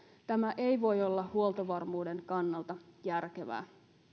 tämä ei voi olla huoltovarmuuden kannalta järkevää